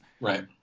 Right